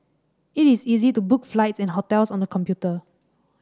it is easy to book flights and hotels on the computer